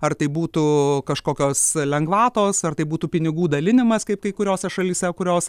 ar tai būtų kažkokios lengvatos ar tai būtų pinigų dalinimas kaip kai kuriose šalyse kurios